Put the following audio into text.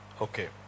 Okay